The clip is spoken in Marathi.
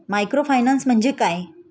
मायक्रोफायनान्स म्हणजे काय?